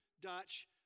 Dutch